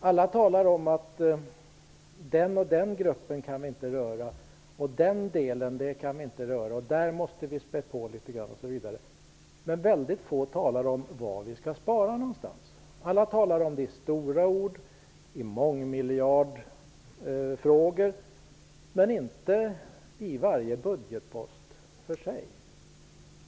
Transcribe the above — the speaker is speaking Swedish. Alla talar om att vi inte kan röra den eller den gruppen, den eller den delen kan vi inte röra, där måste vi spä på litet grand osv. Men väldigt få talar om var besparingarna skall göras. Alla talar om det i stora ord, i mångmiljardfrågor, men inte i varje budgetpost för sig.